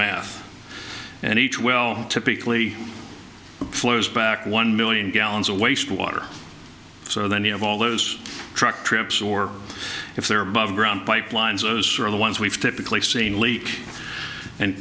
math and each well typically flows back one million gallons a wastewater so then you have all those truck trips or if they're above ground pipelines those are the ones we've typically seen leak and